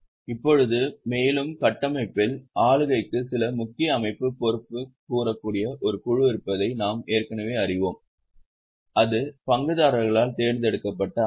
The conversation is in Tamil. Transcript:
இப்போது மேலும் கட்டமைப்பில் ஆளுகைக்கு சில முக்கிய அமைப்பு பொறுப்புக்கூறக்கூடிய ஒரு குழு இருப்பதை நாம் ஏற்கனவே அறிவோம் அது பங்குதாரர்களால் தேர்ந்தெடுக்கப்பட்ட அமைப்பு